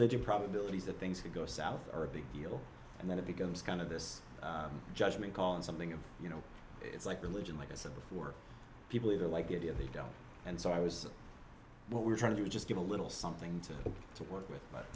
digit probabilities of things that go south are a big deal and then it becomes kind of this judgment call and something and you know it's like religion like i said before people either like it if they don't and so i was what we're trying to do just give a little something to to work with